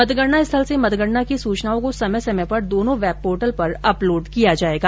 मतगणना स्थल से मतगणना की सूचनाओं को समय समय पर दोनों वेबपोर्टल पर अपलोड किया जाएगा